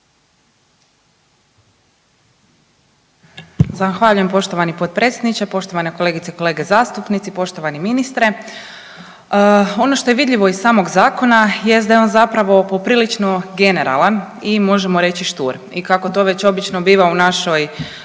Zahvaljujem poštovani potpredsjedniče, poštovane kolegice i kolege zastupnici, poštovani ministre. Ono što je vidljivo iz samog zakona jest da je on zapravo poprilično generalan i možemo reć štur i kako to već obično biva u našoj